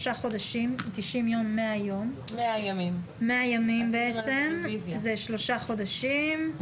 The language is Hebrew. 100 ימים בעצם, זה כשלושה חודשים,